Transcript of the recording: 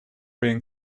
being